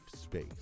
space